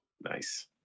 nice